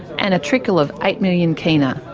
and a trickle of eight million kina.